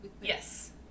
Yes